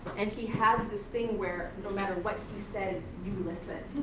and he has this thing where, no matter what he says, you listen.